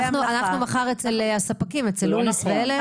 אנחנו מחר אצל הספקים, אצל לואיס ואלה.